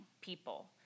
people